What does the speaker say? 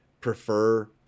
prefer